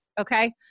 okay